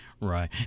Right